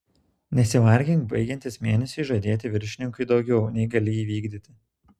nesivargink baigiantis mėnesiui žadėti viršininkui daugiau nei gali įvykdyti